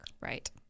Right